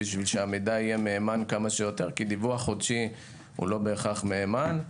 כדי שהמידע יהיה מהימן כמה שיותר כי דיווח חודשי לאו בהכרח מהימן.